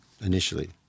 initially